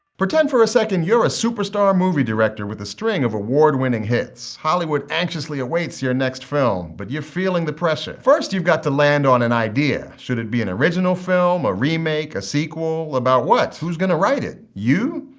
pretend for a second you're a superstar movie director with a string of award-winning hits. hollywood anxiously awaits your next film, but you're feeling the pressure. first you've got to land on idea should it be an original film? a remake? a sequel? about what? who's gonna write it? you?